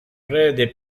prede